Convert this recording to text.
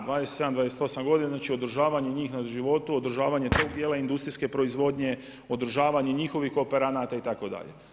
Da, 27, 28 godina znači održavanje njih na životu, održavanje tog dijela industrijske proizvodnje, održavanje njihovih kooperanata itd.